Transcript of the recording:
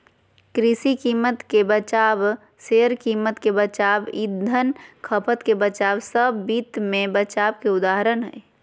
कृषि कीमत के बचाव, शेयर कीमत के बचाव, ईंधन खपत के बचाव सब वित्त मे बचाव के उदाहरण हय